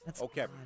Okay